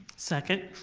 second.